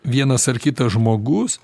vienas ar kitas žmogus